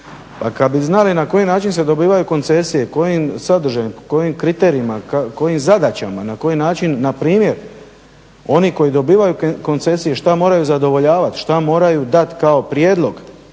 Kad bi znali na koji način se dobivaju koncesije i kojim sadržajem, kojim kriterijima, kojim zadaćama, na koji način npr. oni koji dobivaju koncesije što moraju zadovoljavati, što moraju dati kao prijedlog